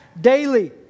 daily